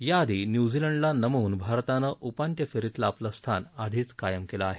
याआधी न्यूझीलंडला नमवून भारतानं उपांत्यफेरीतलं आपलं स्थान आधीच कायम केलं आहे